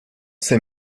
ses